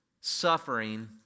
suffering